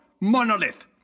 Monolith